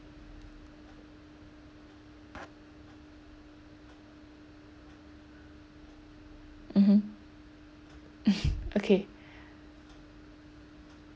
mmhmm uh okay